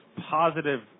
positive